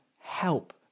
help